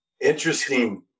Interesting